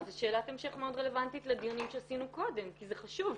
זו שאלת המשך מאוד רלוונטיים לדיונים שעשינו קודם כי זה חשוב.